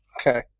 Okay